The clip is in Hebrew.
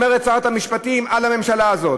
אומרת שרת המשפטים על הממשלה הזאת.